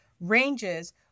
ranges